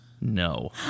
No